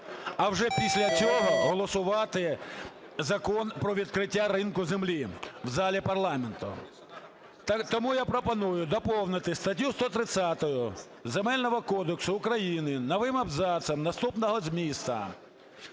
а вже після цього голосувати Закон про відкриття ринку землі в залі парламенту. Тому я пропоную: "Доповнити статтю 130 Земельного кодексу України новим абзацом наступного змісту: